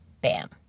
Bam